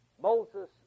Moses